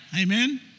amen